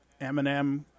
Eminem